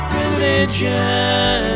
religion